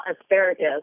asparagus